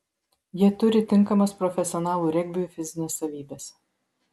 jie turi tinkamas profesionalų regbiui fizines savybes